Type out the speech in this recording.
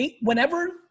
whenever